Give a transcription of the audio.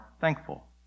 thankful